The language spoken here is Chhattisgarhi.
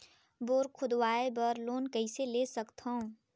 बोर खोदवाय बर लोन कइसे ले सकथव?